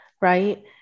right